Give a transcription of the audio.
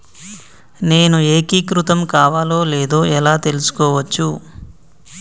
నేను ఏకీకృతం కావాలో లేదో ఎలా తెలుసుకోవచ్చు?